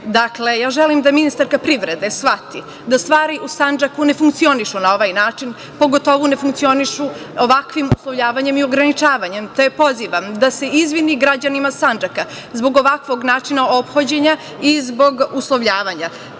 imunizaciji. Želim da ministarka privrede shvati da stvari u Sandžaku ne funkcionišu na ovaj način, pogotovo ne funkcionišu ovakvim uslovljavanjem i ograničavanjem, te je pozivam da se izvini građanima Sandžaka zbog ovakvog načina ophođenja i zbog uslovljavanja,